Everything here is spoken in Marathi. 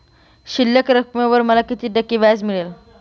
शिल्लक रकमेवर मला किती टक्के व्याज मिळेल?